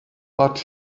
but